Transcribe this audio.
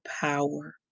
power